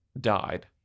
died